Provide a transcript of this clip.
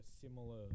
similar